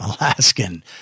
Alaskan